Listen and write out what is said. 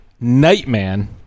Nightman